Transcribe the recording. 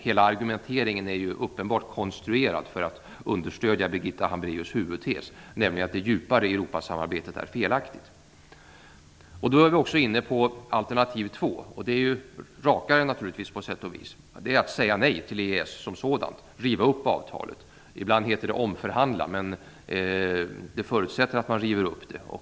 Hela argumenteringen är uppenbart konstruerad för att understödja Birgitta Hambraeus huvudtes, nämligen att det djupare Europasamarbetet är felaktigt. Då är vi också inne på alternativ två. Det är på sätt och vis rakare. Det är att säga nej till EES som sådant och riva upp avtalet. Ibland heter det omförhandla, men det förutsätter att man river upp avtalet.